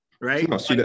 right